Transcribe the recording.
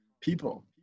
people